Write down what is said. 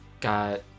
got